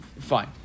fine